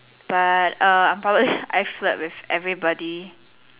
but err I probably I flirt with everybody